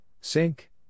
Sync